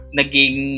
naging